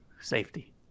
Safety